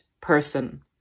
person